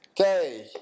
Okay